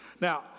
Now